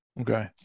Okay